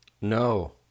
No